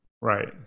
Right